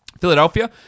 Philadelphia